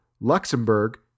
Luxembourg